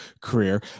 career